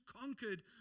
conquered